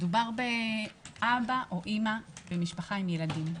מדובר באבא או אימא במשפחה על ילדים.